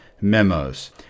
memos